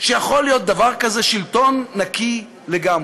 שיכול להיות דבר כזה שלטון נקי לגמרי.